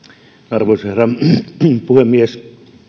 arvoisa herra puhemies täytyy